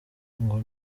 ngo